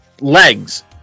legs